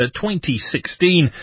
2016